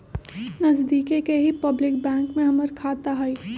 नजदिके के ही पब्लिक बैंक में हमर खाता हई